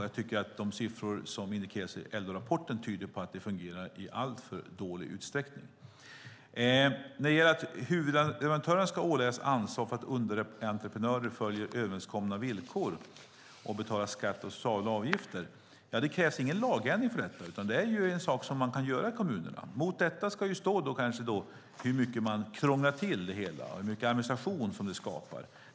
Jag tycker att de siffror som indikeras i LO-rapporten indikerar att det fungerar i alltför dålig utsträckning. När det gäller att huvudentreprenören ska åläggas ansvar för att underentreprenörer följer överenskomna villkor och betalar skatt och sociala avgifter krävs ingen lagändring för detta, utan det är en sak man kan göra i kommunerna. Mot detta ska då kanske ställas hur mycket man krånglar till det hela och hur mycket administration det skapar.